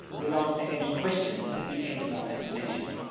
we'll answer any questions at the end of our presentation.